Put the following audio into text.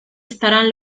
estarán